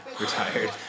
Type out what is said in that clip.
retired